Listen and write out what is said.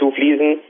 zufließen